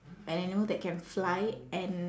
an animal that can fly and